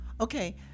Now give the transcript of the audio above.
Okay